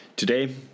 Today